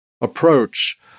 approach